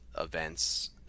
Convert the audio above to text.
events